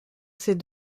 ces